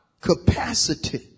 capacity